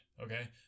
Okay